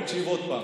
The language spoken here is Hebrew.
תקשיב עוד פעם,